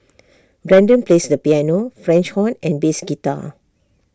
Brendan plays the piano French horn and bass guitar